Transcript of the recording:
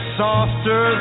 softer